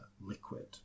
liquid